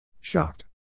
Shocked